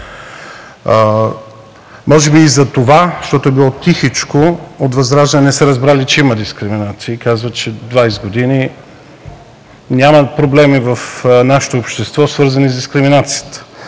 Може би за това, защото е било тихичко, от ВЪЗРАЖДАНЕ не са разбрали, че има дискриминация и казват, че 20 години няма проблеми в нашето общество, свързани с дискриминацията?!